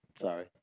Sorry